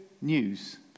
news